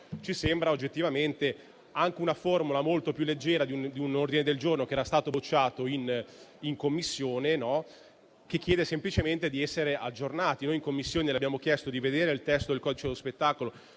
ci sembra oggettivamente anche una formula molto più leggera di un ordine del giorno che era stato bocciato in Commissione, che chiedeva semplicemente di essere aggiornati. In Commissione le abbiamo chiesto di vedere il testo del codice dello spettacolo